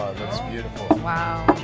that's beautiful! wow!